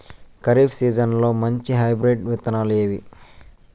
ఖరీఫ్ సీజన్లలో మంచి హైబ్రిడ్ విత్తనాలు ఏవి